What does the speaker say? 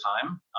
time